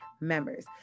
members